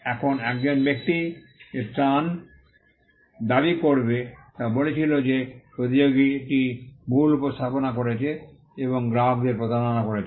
এখন একজন ব্যক্তি যে ত্রাণ দাবি করবে তা বলছিল যে প্রতিযোগীটি ভুল উপস্থাপনা করছে এবং গ্রাহকদের প্রতারণা করছে